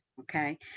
okay